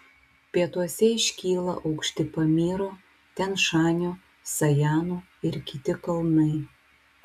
pietuose iškyla aukšti pamyro tian šanio sajanų ir kiti kalnai